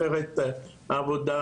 אחרת העבודה